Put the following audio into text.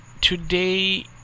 today